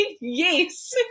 yes